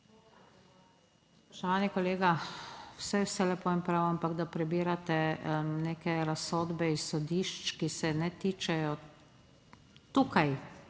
Spoštovani kolega, saj je vse lepo in prav, ampak da prebirate neke razsodbe iz sodišč, ki se ne tičejo tukaj